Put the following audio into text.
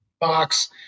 box